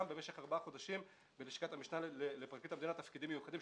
גם במשך ארבעה חודשים בלשכת המשנה לפרקליט המדינה תפקידים מיוחדים,